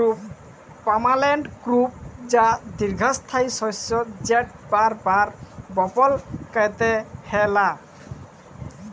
permanent crop বা দীঘ্ঘস্থায়ী শস্য যেট বার বার বপল ক্যইরতে হ্যয় লা